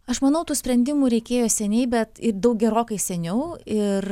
aš manau tų sprendimų reikėjo seniai bet daug gerokai seniau ir